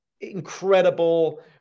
incredible